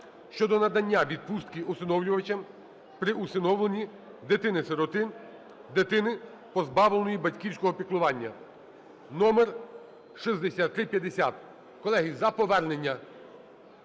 щодо надання відпустки усиновлювачам при усиновленні дитини-сироти, дитини, позбавленої батьківського піклування (№ 6350). Колеги, за повернення.